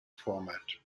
format